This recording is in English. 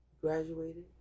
graduated